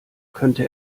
könnte